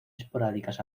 esporádicas